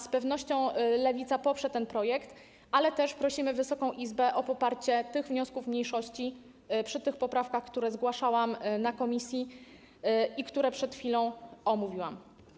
Z pewnością Lewica poprze ten projekt, ale też prosimy Wysoką Izbę o poparcie tych wniosków mniejszości wynikających z poprawek, które zgłaszałam w komisji i które przed chwilą omówiłam.